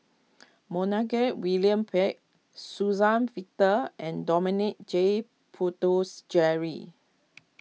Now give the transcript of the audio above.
William Pett Suzann Victor and Dominic J